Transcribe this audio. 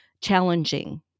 challenging